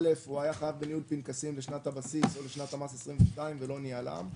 (א)הוא היה חייב בניהול פנקסים לשנת הבסיס או לשנת המס 2022 ולא ניהלם,